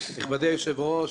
נכבדי היושב-ראש,